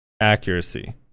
accuracy